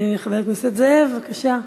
חבר הכנסת זאב, בבקשה.